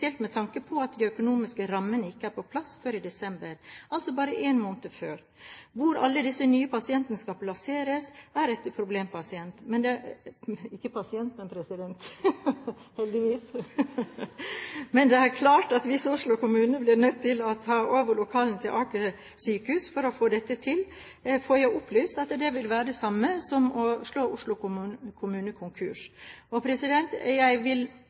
spesielt med tanke på at de økonomiske rammene ikke er på plass før i desember, altså bare én måned før. Hvor alle disse nye pasientene skal plasseres, er et problem, men det er klart at hvis Oslo kommune blir nødt til å ta over lokalene til Aker sykehus for å få dette til, får jeg opplyst at det vil være det samme som å slå Oslo kommune konkurs. Jeg vil understreke at dette er en situasjon for Norges største by, med et godt faglig byråkrati og